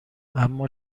اما